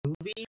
movie